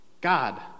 God